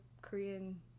korean